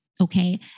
Okay